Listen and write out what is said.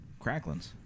Cracklins